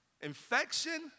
infection